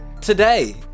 Today